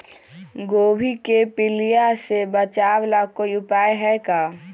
गोभी के पीलिया से बचाव ला कोई उपाय है का?